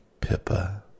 Pippa